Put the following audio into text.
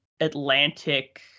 Atlantic